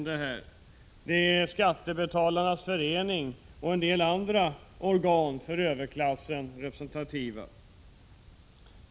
Det är Skattebetalarnas föreningsorgan och en del andra organ, representativa för överklassen, som yttrat sig.